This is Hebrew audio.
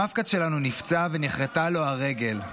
המפק"ץ שלנו נפצע ונכרתה לו הרגל,